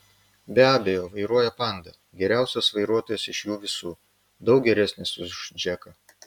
be abejo vairuoja panda geriausias vairuotojas iš jų visų daug geresnis už džeką